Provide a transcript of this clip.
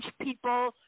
people